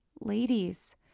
Ladies